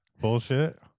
bullshit